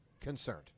concerned